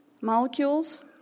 molecules